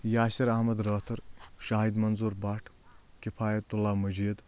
Yasir Ahmad Rather Shahid Manzoor Bhat Kifayatullah Majeed